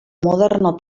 moderno